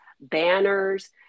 banners